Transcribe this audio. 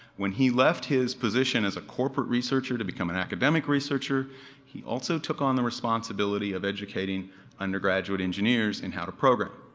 when he left his position as a corporate researcher to become an academic researcher he also took on the responsibility of educating undergraduate engineers in how to program.